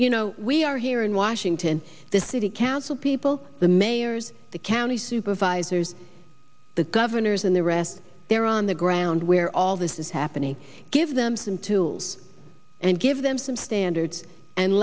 you know we are here in washington the city council people the mayors the county supervisors the governors and the rest they're on the ground where all this is happening give them some tools and give them some standards and